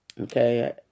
okay